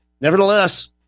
Nevertheless